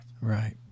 Right